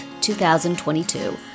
2022